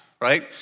right